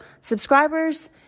subscribers